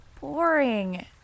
boring